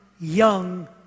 young